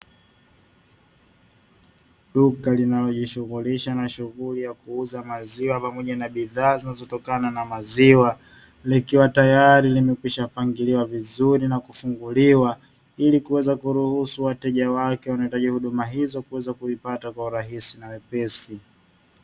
Duka linalojishughulisha na shughuli za kuuza maziwa pamoja na bidhaa zinazotokana na maziwa, likiwa tayari limekwishapangiliwa vizuri na kufunguliwa ili kuweza kuruhusu wateja wake wanaohitaji huduma hizo kuweza kuzipata kwa urahisi na wepesi.